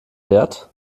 wert